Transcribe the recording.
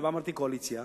שמעתי "קואליציה"